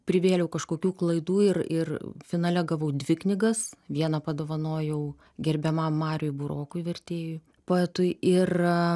privėliau kažkokių klaidų ir ir finale gavau dvi knygas vieną padovanojau gerbiamam mariui burokui vertėjui poetui ir